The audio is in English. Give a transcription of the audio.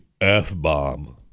F-bomb